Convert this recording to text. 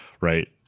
Right